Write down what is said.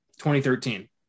2013